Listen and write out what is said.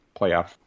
playoff